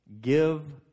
Give